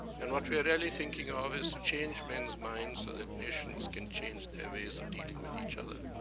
and what we are really thinking of is to change men's minds so that nations can change their ways of dealing with each other.